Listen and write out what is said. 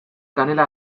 kanela